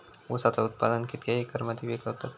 ऊसाचा उत्पादन कितक्या एकर मध्ये पिकवतत?